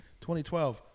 2012